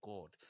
God